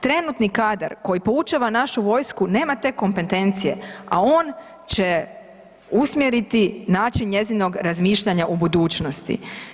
Trenutni kadar koji poučava našu vojsku nema te kompetencije, a on će usmjeriti način njezinog razmišljanja u budućnosti.